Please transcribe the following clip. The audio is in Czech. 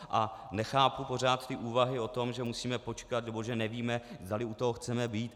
A nechápu pořád úvahy o tom, že musíme počkat nebo že nevíme, zdali u toho chceme být.